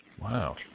Wow